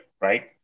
Right